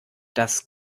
das